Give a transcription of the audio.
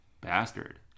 bastard